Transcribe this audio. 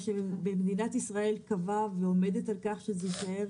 מה שמדינת ישראל קבעה ועומדת על כך שזה יישאר